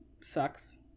sucks